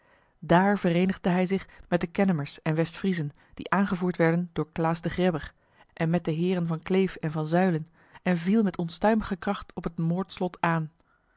dààr vereenigde hij zich met de kennemers en west friezen die aangevoerd werden door klaas de grebber en met de heeren van kleef en van zullen en viel met onstuimige kracht op het moordslot aan